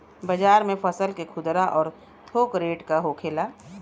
बाजार में फसल के खुदरा और थोक रेट का होखेला?